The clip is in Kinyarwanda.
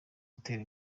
gutera